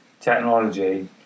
technology